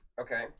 Okay